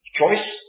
choice